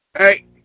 Hey